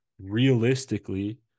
realistically